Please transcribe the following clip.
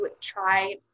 try